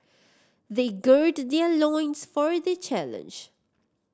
they gird their loins for the challenge